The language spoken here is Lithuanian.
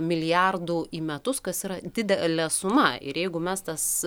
milijardų į metus kas yra didelė suma ir jeigu mes tas